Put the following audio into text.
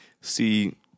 See